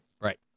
right